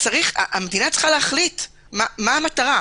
המדינה צריכה להחליט מה המטרה.